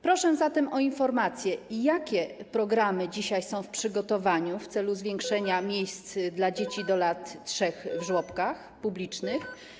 Proszę zatem o informację: Jakie programy dzisiaj są w przygotowaniu w celu zwiększenia liczby miejsc dla dzieci do lat 3 w żłobkach publicznych?